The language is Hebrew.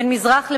בין מזרח למערב,